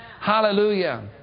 Hallelujah